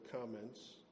comments